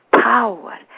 power